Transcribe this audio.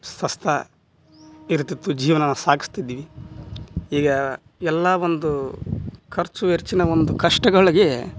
ಸ್ವಸ್ಥ ಇರ್ತಿತ್ತು ಜೀವನ ಸಾಗಿಸ್ತಿದ್ದೀವಿ ಈಗ ಎಲ್ಲ ಒಂದು ಖರ್ಚು ವೆಚ್ಚಿನ ಒಂದು ಕಷ್ಟಗಳಿಗೆ